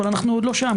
אבל אנחנו עוד לא שם.